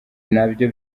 nabyo